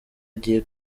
agiye